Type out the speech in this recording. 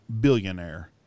billionaire